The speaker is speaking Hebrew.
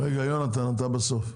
יונתן, אתה תדבר בסוף.